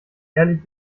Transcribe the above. ehrlich